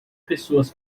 pessoas